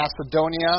Macedonia